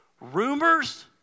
Rumors